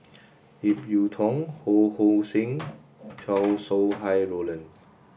Ip Yiu Tung Ho Hong Sing Chow Sau Hai Roland